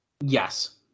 Yes